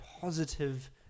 positive